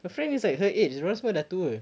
her friend is like her age semua dah tua